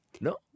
No